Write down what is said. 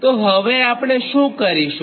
તોહવે આપણે શું કરીશું